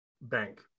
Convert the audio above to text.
bank